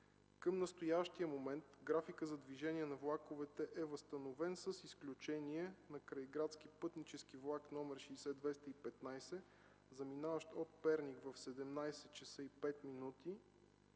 Към настоящия момент графикът на движение на влаковете е възстановен с изключение на крайградски пътнически влак № 60-215, заминаващ от Перник в 17,05 ч.,